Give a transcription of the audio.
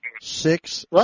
Six